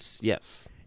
Yes